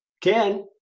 Ken